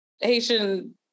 Haitian